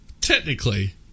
technically